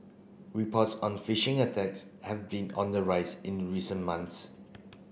reports on phishing attacks have been on the rise in recent months